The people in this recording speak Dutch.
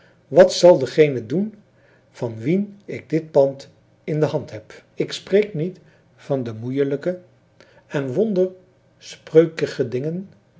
wat zal diegene doen van wien ik dit pand in de hand heb ik spreek niet van de moeielijke en wonderspreukige dingen